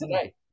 today